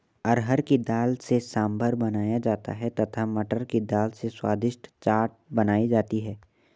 अरहर की दाल से सांभर बनाया जाता है तथा मटर की दाल से स्वादिष्ट चाट बनाई जाती है